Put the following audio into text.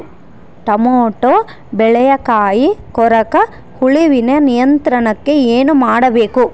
Tomato ಬೆಳೆಯ ಕಾಯಿ ಕೊರಕ ಹುಳುವಿನ ನಿಯಂತ್ರಣಕ್ಕೆ ಏನು ಮಾಡಬೇಕು?